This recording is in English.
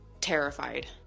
terrified